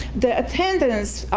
the attendance,